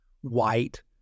white